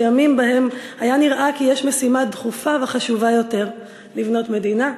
בימים שבהם היה נראה כי יש משימה דחופה וחשובה יותר: לבנות מדינה,